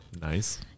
Nice